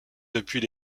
depuis